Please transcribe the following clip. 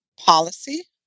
policy